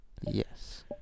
Yes